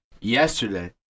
yesterday